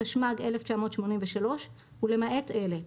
התשמ"ג-1983 ולמעט אלה: